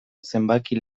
zenbaki